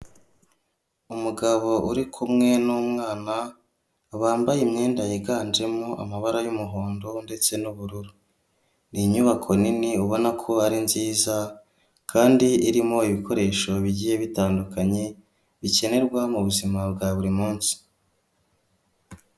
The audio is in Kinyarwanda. Umugabo uri kumwe n'umwana bambaye imyenda yiganjemo amabara y'umuhondo ndetse n'ubururu ni inyubako nini ubona ko ari nziza kandi irimo ibikoresho bigiye bitandukanye bikenerwa mu buzima bwa buri munsi.